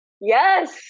Yes